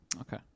Okay